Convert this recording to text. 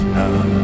now